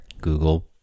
Google